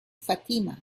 fatima